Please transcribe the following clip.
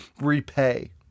repay